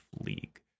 league